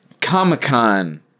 Comic-Con